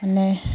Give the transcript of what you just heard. মানে